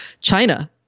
China